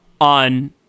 on